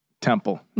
Temple